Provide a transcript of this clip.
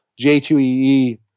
J2EE